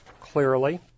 clearly